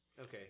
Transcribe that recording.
Okay